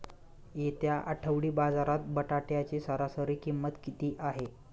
येत्या आठवडी बाजारात बटाट्याची सरासरी किंमत किती आहे?